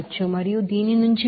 మరియు దీని నుండి మీకు అక్కడ 46